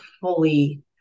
fully